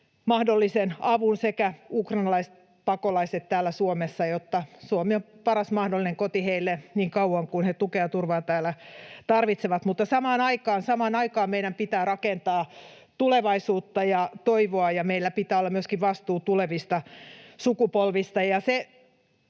mahdollisen avun ja samoin ukrainalaispakolaiset täällä Suomessa, jotta Suomi on paras mahdollinen koti heille niin kauan kuin he tukea ja turvaa täällä tarvitsevat. Mutta samaan aikaan meidän pitää rakentaa tulevaisuutta ja toivoa, ja meillä pitää olla myöskin vastuu tulevista sukupolvista.